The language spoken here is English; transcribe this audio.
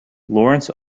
lawrence